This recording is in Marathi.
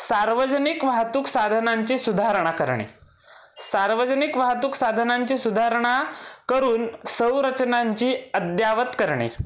सार्वजनिक वाहतूक साधनांची सुधारणा करणे सार्वजनिक वाहतूक साधनांची सुधारणा करून संरचनांची अद्ययावत करणे